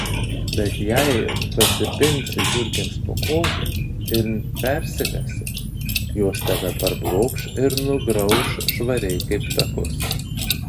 bet jei pasipinsi žiurkėms po kojų ir persigąsi jos tave parblokš ir nugrauš švariai kaip takus